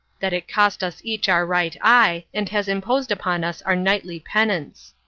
that it cost us each our right eye, and has imposed upon us our nightly penance.